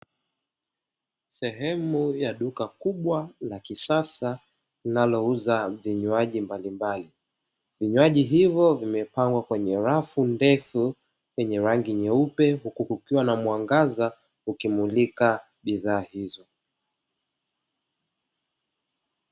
Sehemu ya duka kubwa la kisasa linalouza vinywaji mbalimbali, vinywaji hivyo vimepangwa kwenye rafu ndefu yenye rangi nyeupe huku kukiwa na mwangaza unaomulika bidhaa hizo.